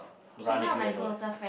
uh run with you and all there